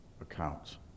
accounts